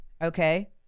Okay